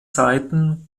zeiten